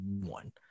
one